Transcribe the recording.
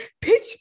pitch